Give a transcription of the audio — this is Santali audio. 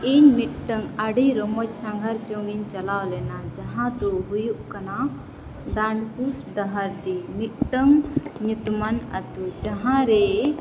ᱤᱧ ᱢᱤᱫᱴᱟᱝ ᱟᱹᱰᱤ ᱨᱚᱢᱚᱡᱽ ᱥᱟᱸᱜᱷᱟᱨᱡᱚᱝᱤᱧ ᱪᱟᱞᱟᱣ ᱞᱮᱱᱟ ᱡᱟᱦᱟᱸᱫᱚ ᱦᱩᱭᱩᱜ ᱠᱟᱱᱟ ᱰᱟᱱᱰᱵᱳᱥ ᱰᱟᱦᱟᱨᱰᱤ ᱢᱤᱫᱴᱟᱝ ᱧᱩᱛᱩᱢᱟᱱ ᱟᱛᱳ ᱡᱟᱦᱟᱸᱨᱮ